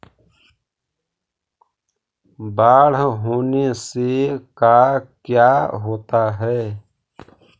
बाढ़ होने से का क्या होता है?